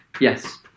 Yes